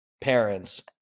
parents